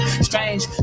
Strange